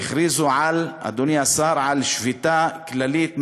והכריזו, אדוני השר, על שביתה כללית מחר,